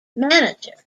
manager